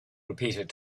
repeated